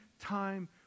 time